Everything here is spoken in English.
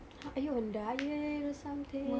are you on diet or something